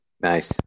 Nice